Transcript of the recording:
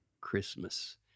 Christmas